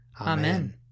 Amen